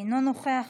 אינו נוכח,